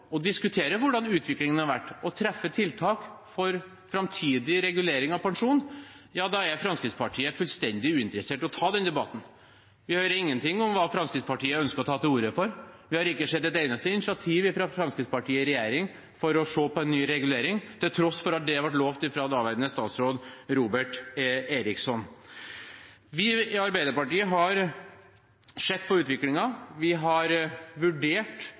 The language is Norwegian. diskutere hvordan utviklingen har vært, og treffe tiltak for framtidig regulering av pensjon – er Fremskrittspartiet fullstendig uinteressert i å ta den debatten. Vi hører ingenting om hva Fremskrittspartiet ønsker å ta til orde for. Vi har ikke sett et eneste initiativ fra Fremskrittspartiet i regjering til å se på en ny regulering, til tross for at det ble lovet av daværende statsråd Robert Eriksson. Vi i Arbeiderpartiet har sett på utviklingen. Vi har vurdert